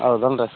ಹೌದಲ್ರಿ